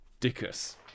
Dickus